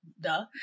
duh